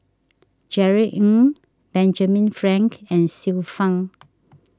Jerry Ng Benjamin Frank and Xiu Fang